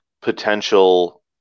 potential